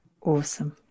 Awesome